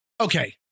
Okay